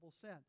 sin